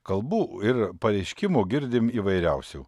kalbų ir pareiškimų girdim įvairiausių